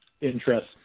interest